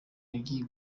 mijyi